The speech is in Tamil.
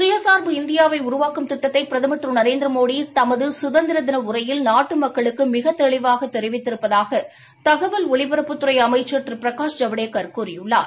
சுயசார்பு இந்தியாவை உருவாக்கும் திட்டத்தை பிரதம் திரு நரேந்திரமோடி தமது சுதந்திரதின உரையில் நாட்டு மக்களுக்கு மிகத்தெளிவாக தெரிவித்திருப்பதாக தகவல் ஒலிபரப்புத்துறை அமைச்ச் திரு பிரகாஷ் ஜவடேக்கர் கூறியுள்ளார்